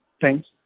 thanks